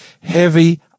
heavy